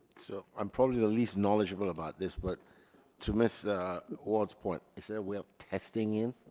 so i'm probably the least knowledgeable about this but to miss ward's point is there a way of testing in?